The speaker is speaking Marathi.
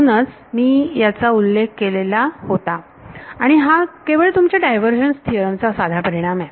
म्हणूनच मी याचा उल्लेख केलेला होता आणि हा केवळ तुमच्या डायव्हरजन्स थिओरम चा साधा परिणाम आहे